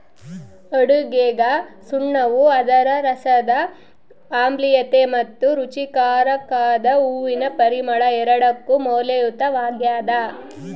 ಅಡುಗೆಗಸುಣ್ಣವು ಅದರ ರಸದ ಆಮ್ಲೀಯತೆ ಮತ್ತು ರುಚಿಕಾರಕದ ಹೂವಿನ ಪರಿಮಳ ಎರಡಕ್ಕೂ ಮೌಲ್ಯಯುತವಾಗ್ಯದ